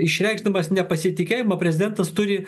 išreikšdamas nepasitikėjimą prezidentas turi